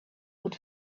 would